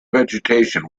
vegetation